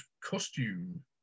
costume